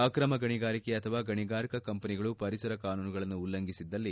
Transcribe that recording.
ಅಕ್ರಮ ಗಣಿಗಾರಿಕೆ ಅಥವಾ ಗಣಿಗಾರಿಕಾ ಕಂಪನಿಗಳು ಪರಿಸರ ಕಾನೂನುಗಳನ್ನು ಉಲ್ಲಂಘಿಸಿದ್ದಲ್ಲಿ